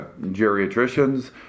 geriatricians